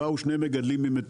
לשם באו שני מגדלים ממטולה.